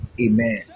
Amen